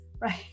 right